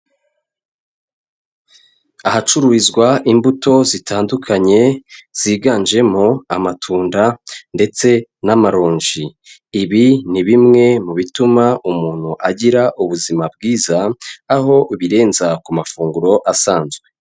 Ahacururizwa imbuto zitandukanye ziganjemo amatunda ndetse n'amaronji, ibi ni bimwe mu bituma umuntu agira ubuzima bwiza aho ubirenza ku mafunguro asanzwe.